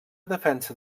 defensa